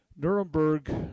Nuremberg